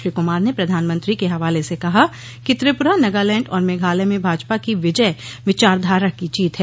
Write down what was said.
श्री कुमार ने प्रधानमंत्री के हवाले से कहा कि त्रिपुरा नगालैंड और मेघालय में भाजपा की विजय विचारधारा की जीत है